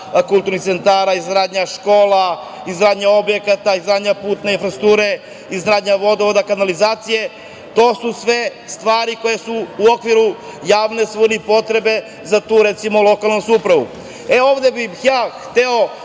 kulturnih centra, izgradnja škola, izgradnja objekata, izgradnja putne infrastrukture, izgradnja vodovoda, kanalizacije, to su sve stvari koje su u okviru javne svojine i potrebe za tu, recimo, lokalnu samoupravu. Ovde bih ja hteo,